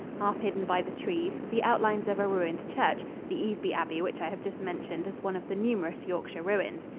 half hidden by the trees, the outlines of a ruined church the easby abbey which i have just mentioned as one of the numerous yorkshire ruins.